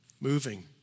moving